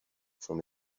from